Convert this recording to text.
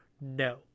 No